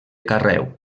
carreu